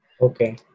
Okay